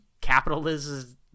capitalism